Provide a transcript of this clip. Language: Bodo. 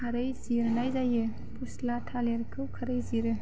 खारै जिरनाय जायो फ'स्ला थालेरखौ खारै जिरो